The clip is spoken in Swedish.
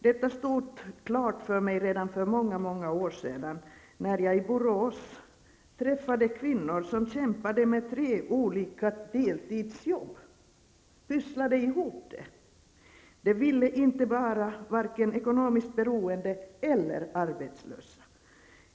Detta stod klart för mig redan för många år sedan, när jag i Borås träffade kvinnor som kämpade med tre olika deltidsjobb, som pusslade ihop det. De ville inte vara vare sig ekonomiskt beroende eller arbetslösa.